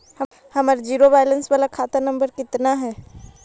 हमर zero balance बाला खाता नम्बर कितना है?